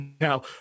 now